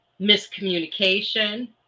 miscommunication